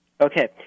okay